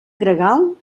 gregal